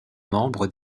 membres